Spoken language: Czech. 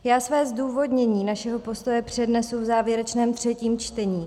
Já své zdůvodnění našeho postoje přednesu v závěrečném třetím čtení.